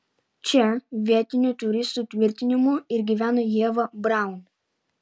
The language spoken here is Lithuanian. čia vietinių turistų tvirtinimu ir gyveno ieva braun